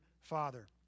Father